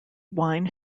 wine